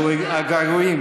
הגעגועים.